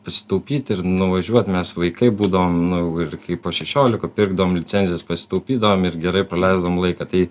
sutaupyt ir nuvažiuot mes vaikai būdavom nu ir kai po šešiolika pirkdavom licencijas pasitaupydavom ir gerai praleisdavom laiką tai